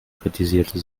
kritisierte